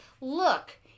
look